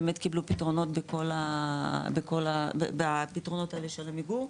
באמת קיבלו פתרונות בפתרונות האלה של עמיגור,